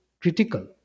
critical